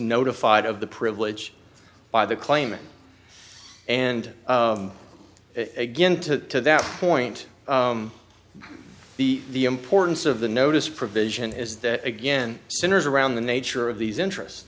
notified of the privilege by the claimant and again to that point the the importance of the notice provision is that again centers around the nature of these interest